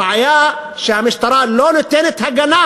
הבעיה שהמשטרה לא נותנת הגנה